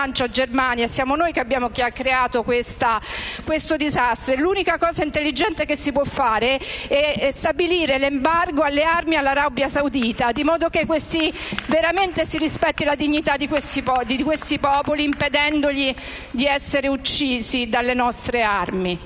siamo noi che abbiamo creato questo disastro e l'unica cosa intelligente che si può fare è stabilire l'embargo delle armi all'Arabia Saudita, in modo che si rispetti veramente la dignità di questi popoli, impedendogli di essere uccisi dalle nostre armi.